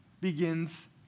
begins